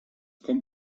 kommt